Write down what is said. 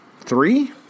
three